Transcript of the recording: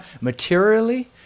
materially